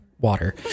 water